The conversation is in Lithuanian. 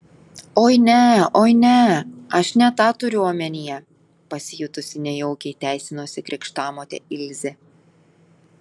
oi ne oi ne aš ne tą turiu omenyje pasijutusi nejaukiai teisinosi krikštamotė ilzė